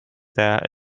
there